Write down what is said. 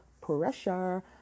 pressure